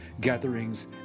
gatherings